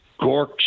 gork